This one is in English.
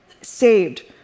saved